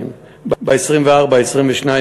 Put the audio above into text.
חישוף שטחים,